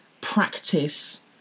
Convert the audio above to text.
practice